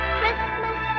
Christmas